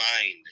mind